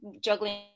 juggling